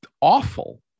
awful